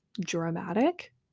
dramatic